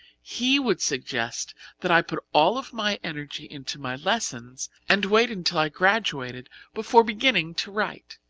he would suggest that i put all of my energy into my lessons and wait until i graduated before beginning to write.